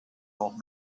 old